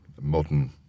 modern